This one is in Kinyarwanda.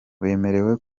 wemerewe